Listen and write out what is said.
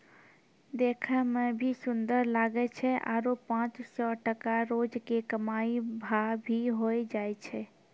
देखै मॅ भी सुन्दर लागै छै आरो पांच सौ टका रोज के कमाई भा भी होय जाय छै